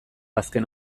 azken